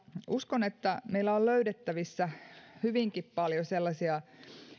uskon että meillä on löydettävissä hyvinkin paljon sellaisia